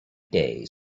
days